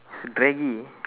it's draggy